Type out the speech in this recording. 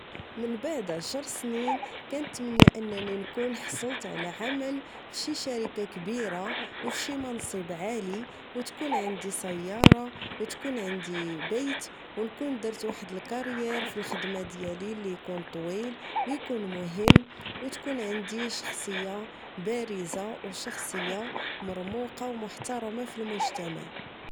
من بعد عشر سنين كنتمنى أنني نكون حصلت على عمل فشي شركة كبيرة أو فشي منصب عالي أو تكون عندي سيارة أو تكون عندي بيت أو نكون درت واحد الكاريير فالخدمة ديالي لي يكون طويل ويكون مهم أو تكون عندي شخصية بارزة أو شخصية مرموقة أو محترمة فالمجتمع